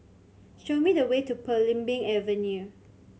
show me the way to Belimbing Avenue